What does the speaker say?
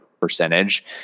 percentage